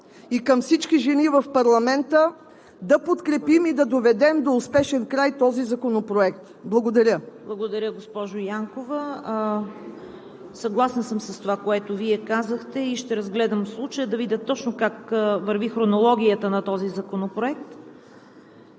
и към всички жени в парламента, да подкрепим и доведем до успешен край този законопроект! Благодаря. ПРЕДСЕДАТЕЛ ЦВЕТА КАРАЯНЧЕВА: Благодаря, госпожо Янкова. Съгласна съм с това, което казахте. Ще разгледам случая да видя точно как върви хронологията на този законопроект.